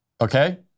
okay